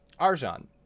Arjan